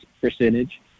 percentage